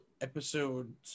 episode